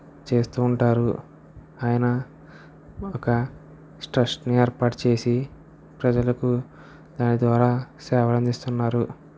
చేస్తూ ఉంటారు ఆయన ఒక ట్రష్ట్ని ఏర్పాటు చేసి ప్రజలకు దాని ద్వారా సేవలు అందిస్తున్నారు